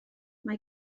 mae